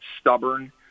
stubborn